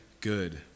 good